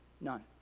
None